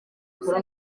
gusa